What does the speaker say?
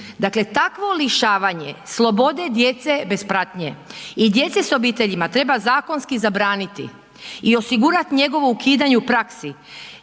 Dakle, takvo lišavanje slobode djece bez pratnje i djece s obiteljima treba zakonski zabraniti i osigurat njegovo ukidanje u praksi,